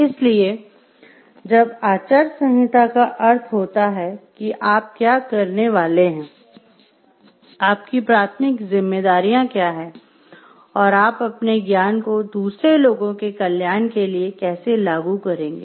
इसलिए जब आचार संहिता का अर्थ होता है कि आप क्या करने वाले हैं आपकी प्राथमिक ज़िम्मेदारियाँ क्या हैं और आप अपने ज्ञान को दूसरे लोगों के कल्याण के लिए कैसे लागू करेंगे